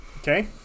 Okay